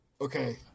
Okay